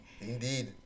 Indeed